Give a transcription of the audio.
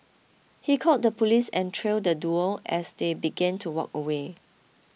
he called the police and trailed the duo as they began to walk away